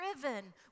driven